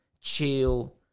chill